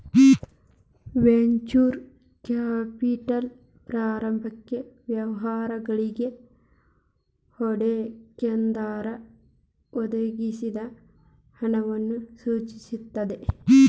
venture capital ಪ್ರಾರಂಭಿಕ ವ್ಯವಹಾರಗಳಿಗಿ ಹೂಡಿಕೆದಾರರು ಒದಗಿಸಿದ ಹಣವನ್ನ ಸೂಚಿಸ್ತದ